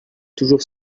toujours